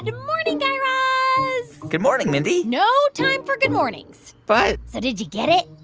and morning, guy raz good morning, mindy no time for good mornings but. so did you get it?